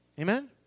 Amen